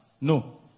No